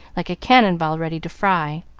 like a cannon-ball, ready to fry.